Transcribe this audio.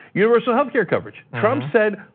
universal health care coverage. trump said,